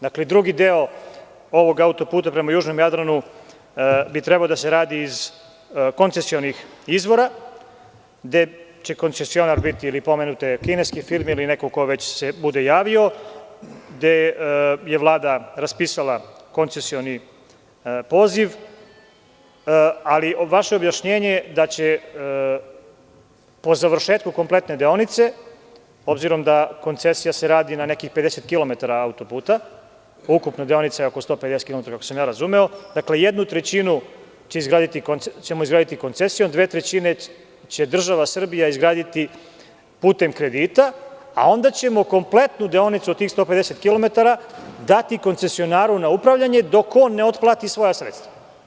Drugi deo ovog auto-puta prema južnom Jadranu bi trebao da se radi iz koncesionih izvora, gde će konsecionar biti ili pomenute kineske firme ili neko ko se bude javio, gde je Vlada raspisala koncesioni poziv, ali vaše objašnjenje da će po završetku kompletne deonice, obzirom da se koncesija radi na nekih 50 km auto-puta, a ukupna deonica je oko 150 km, jednu trećinu ćemo izgraditi koncesijom, a dve trećine će država Srbija izgraditi putem kredita, a onda ćemo kompletnu deonicu od 150 km dati koncesionaru na upravljanje dok on ne otplati svoja sredstva.